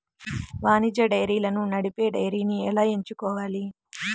వాణిజ్య డైరీలను నడిపే డైరీని ఎలా ఎంచుకోవాలి?